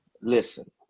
listen